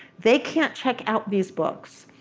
they can't check out these books.